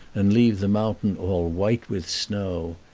and leave the mountain all white with snow.